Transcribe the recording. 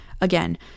Again